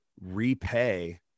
repay